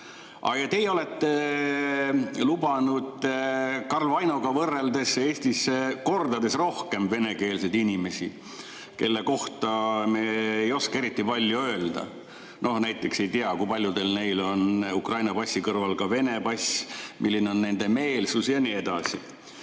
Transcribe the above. Teie olete lubanud Karl Vainoga võrreldes Eestisse kordades rohkem venekeelseid inimesi, kelle kohta me ei oska eriti palju öelda. Näiteks ei tea, kui paljudel neil on Ukraina passi kõrval ka Vene pass, milline on nende meelsus ja nii edasi.